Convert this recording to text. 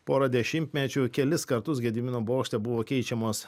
porą dešimtmečių kelis kartus gedimino bokšte buvo keičiamos